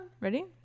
ready